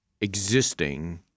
existing